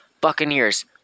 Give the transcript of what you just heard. Buccaneers